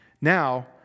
Now